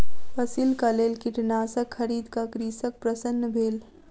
फसिलक लेल कीटनाशक खरीद क कृषक प्रसन्न भेल